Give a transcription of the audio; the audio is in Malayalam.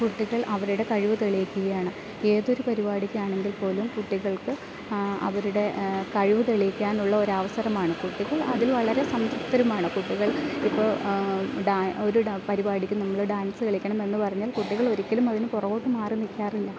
കുട്ടികൾ അവരുടെ കഴിവ് തെളിയിക്കുകയാണ് ഏതൊരു പരിപാടിക്ക് ആണെങ്കിൽ പോലും കുട്ടികൾക്ക് അവരുടെ കഴിവ് തെളിയിക്കാനുള്ള ഒരു അവസരമാണ് കുട്ടികൾ അതിൽ വളരെ സംതൃപ്തരുമാണ് കുട്ടികൾ ഇപ്പോൾ ഒരു പരിപാടിക്ക് നമ്മൾ ഡാൻസ് കളിക്കണമെന്ന് പറഞ്ഞാൽ കുട്ടികൾ ഒരിക്കലും അതിന് പുറകോട്ട് മാറി നിൽക്കാറില്ല